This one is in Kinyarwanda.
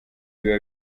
biba